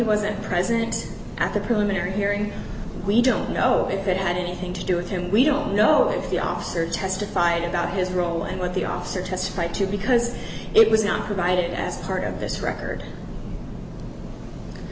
wasn't present at the preliminary hearing we don't know if it had anything to do with him we don't know if the officer testified about his role and what the officer testified to because it was not provided as part of this record